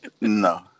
No